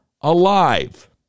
alive